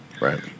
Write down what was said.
Right